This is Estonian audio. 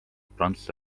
prantsuse